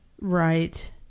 Right